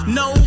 no